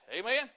Amen